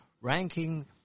ranking